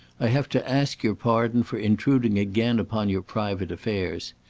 i have to ask your pardon for intruding again upon your private affairs.